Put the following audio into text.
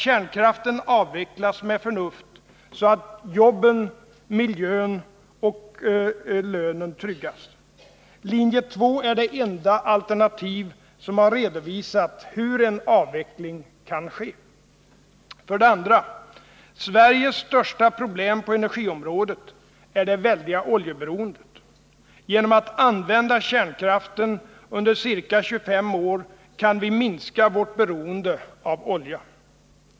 Kärnkraften avvecklas med förnuft, så att jobben, lönen och miljön tryggas. Linje 2 är det enda alternativ som har redovisat hur en avveckling kan ske. 2. Sveriges största problem på energiområdet är det väldiga oljeberoendet. Genom att använda kärnkraften under ca 20-25 år kan vi minska vårt beroende av olja.